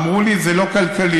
אמרו לי: זה לא כלכלי.